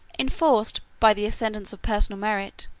enforced, by the ascendant of personal merit,